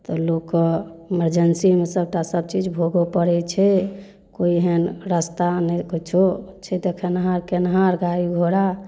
तऽ लोकके एमर्जेंसीमे सभटा सभचीज भोगऽ पड़ै छै कोइ एहन रास्ता ने कुछो छै दखेनहार केनहार गाड़ी घोड़ा